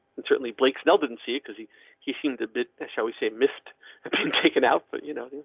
and certainly blake snell didn't see it, cause he he seemed a bit, shall we say missed have been taken out, but you know.